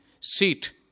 seat